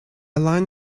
line